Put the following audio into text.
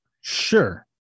Sure